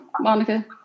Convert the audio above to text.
Monica